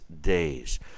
days